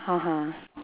(uh huh)